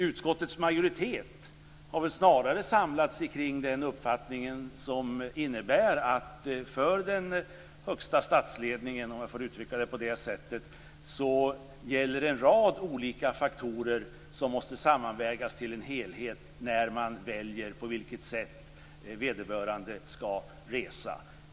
Utskottets majoritet har väl snarare samlats kring den uppfattningen som innebär att för den högsta statsledningen - om jag får uttrycka det på det sättet - gäller att en rad olika faktorer måste sammanvägas till en helhet när man väljer på vilket sätt vederbörande skall resa.